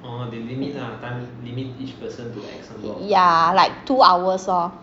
ya like two hours lor